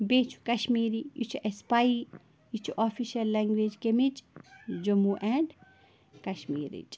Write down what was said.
بیٚیہِ چھُ کشمیٖری یہِ چھُ اَسہِ پَیی یہِ چھُ آفِشَل لینٛگویج کَمِچ جموں اینٛڈ کشمیٖرٕچ